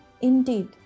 Indeed